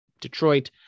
Detroit